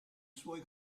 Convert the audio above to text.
suoi